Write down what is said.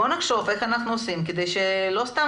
בואו נחשוב איך אנחנו עושים כדי שלא סתם